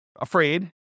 afraid